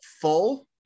full